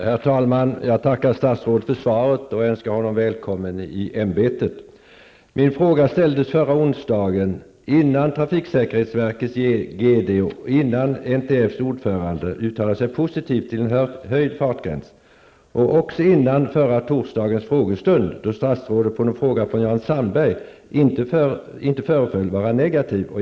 Herr talman! Jag tackar statsrådet för svaret och önskar honom välkommen i ämbetet. Min fråga ställdes förra onsdagen, innan trafiksäkerhetsverkets GD och NTFs ordförande hade uttalat sig positivt för en höjd fartgräns. Frågan ställdes också före torsdagens frågestund, då statsrådet på en fråga av Jan Sandberg inte föreföll vara negativ.